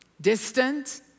distant